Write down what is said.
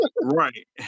right